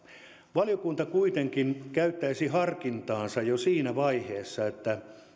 valiokunta kuitenkin käyttäisi harkintaansa jo siinä vaiheessa